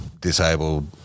disabled